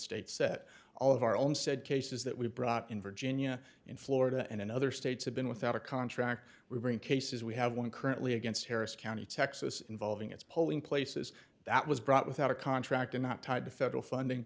state set all of our own said cases that we've brought in virginia in florida and in other states have been without a contract we bring cases we have one currently against harris county texas involving its polling places that was brought without a contract and not tied to federal funding